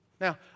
Now